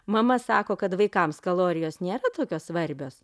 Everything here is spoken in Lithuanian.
mama sako kad vaikams kalorijos nėra tokios svarbios